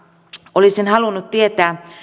olisin halunnut tietää